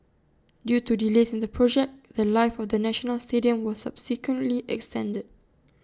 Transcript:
due to delays in the project The Life of the national stadium was subsequently extended